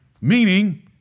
Meaning